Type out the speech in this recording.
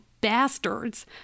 bastards